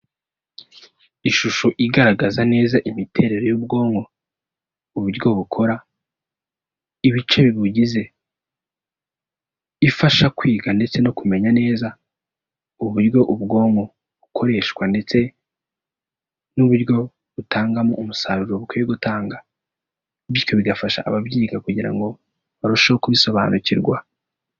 Ishusho igaragaza neza imiterere y'ubwonko, uburyo bukora, ibice bibugize, ifasha kwiga ndetse no kumenya neza, uburyo ubwonko bukoreshwa, ndetse n'uburyo butangamo umusaruro bukwiye gutanga, bityo bigafasha ababyiga kugira ngo barusheho kubisobanukirwa.